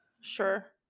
Sure